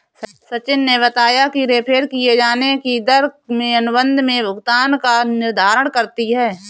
सचिन ने बताया कि रेफेर किये जाने की दर में अनुबंध में भुगतान का निर्धारण करती है